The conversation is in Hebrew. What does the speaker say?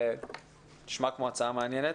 נשמעת הצעה מעניינת.